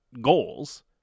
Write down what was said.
goals